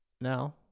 now